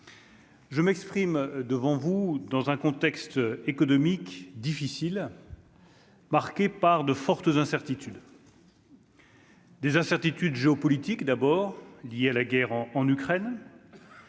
Je m'exprime devant vous, dans un contexte économique difficile. Marqué par de fortes incertitudes. Des incertitudes géopolitiques d'abord lié à la guerre en en Ukraine.